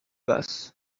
bus